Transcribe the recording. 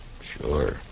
Sure